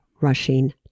rushing